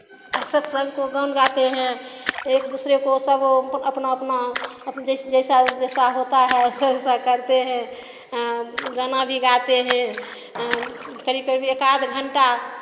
सत्संग को गान गाते हैं एक दूसरे को सब अपना अपना अपना जैसे जैसा जैसा होता है वैसे वैसा करते हैं गाना भी गाते हैं करीब करीब एकाध घंटा